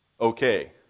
okay